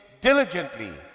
diligently